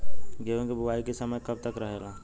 गेहूँ के बुवाई के समय कब तक रहेला?